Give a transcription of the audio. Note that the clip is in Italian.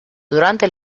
durante